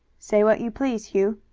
say what you please, hugh.